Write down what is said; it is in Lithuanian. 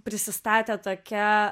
prisistatė tokia